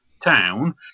Town